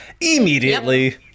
immediately